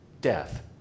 death